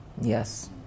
Yes